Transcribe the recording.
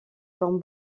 forme